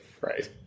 Right